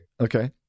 Okay